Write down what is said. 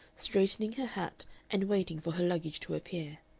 straightening her hat and waiting for her luggage to appear.